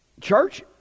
Church